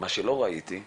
מה שלא ראיתי,